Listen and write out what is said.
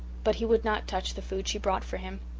but he would not touch the food she brought for him.